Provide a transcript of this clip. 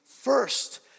first